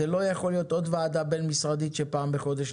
זו לא יכולה להיות עוד ועדה בין-משרדית שנפגשת פעם בחודש.